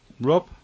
Rob